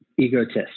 egotist